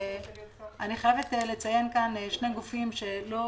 אני חייבת לציין כאן שני גופים שלא